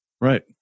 Right